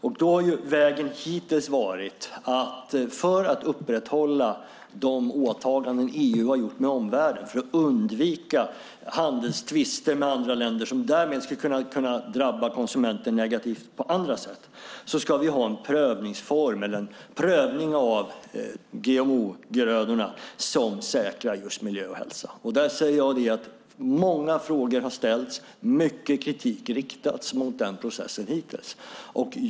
Vägen har hittills varit att för att upprätthålla de åtaganden EU har gjort med omvärlden för att undvika handelstvister med andra länder som därmed skulle kunna drabba konsumenter negativt på andra sätt så ska vi ha en prövningsform eller en prövning av GMO-grödorna som säkrar just miljö och hälsa. Där säger jag att många frågor har ställts om och mycket kritik har riktats mot den processen hittills.